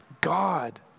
God